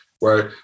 right